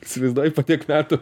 įsivaizduoji po tiek metų